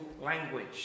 language